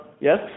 yes